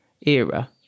era